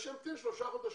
שימתין שלושה חודשים.